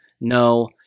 No